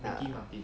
err